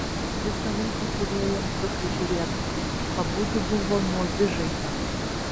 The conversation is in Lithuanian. visą laiką turėjom du prižiūrėtojus abudu buvo nuo vižainio